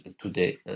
today